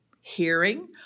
hearing